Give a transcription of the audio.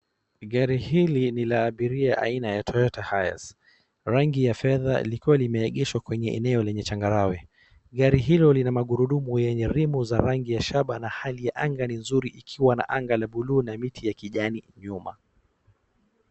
Gari hili ni la abiria aina ya Toyota Hiace, rangi ya fedha likiwa limeegeshwa eneo lenye changarawe, gari hilo magurudumu yenye rimu ya rangi ya shaba na hali ya anga ni nzuri, ikiwa na anga ya buluu na miti ya kijani nyuma.